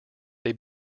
they